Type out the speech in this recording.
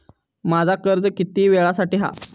माझा कर्ज किती वेळासाठी हा?